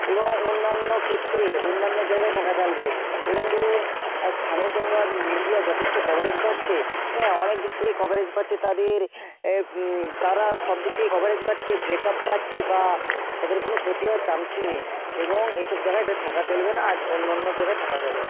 এবং অন্যান্য ক্ষেত্রে অন্যান্য জায়গায় থাকা চলবে এবং ধরুন স্থানীয় সংবাদ মিডিয়া যথেষ্ট কভারেজ পাচ্ছে হ্যাঁ অনেক দিক থেকে কভারেজ পাচ্ছে তাদের তারা সব দিক থেকে কভারেজ পাচ্ছে ব্রেক আপ পাচ্ছে বা তাদের কোনো ক্ষতি হওয়ার চান্সই নেই এবং এসব জাগায় এদের থাকা চলবে না আজ অন্য অন্য জায়গায় থাকা চলে